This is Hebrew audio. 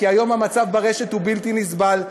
כי היום המצב ברשת הוא בלתי נסבל.